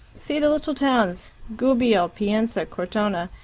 see the little towns gubbio, pienza, cortona,